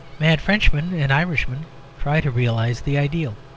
mad frenchmen and irishmen try to realise the ideal.